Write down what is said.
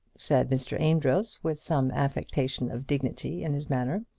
said mr. amedroz, with some affectation of dignity in his manner.